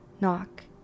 knock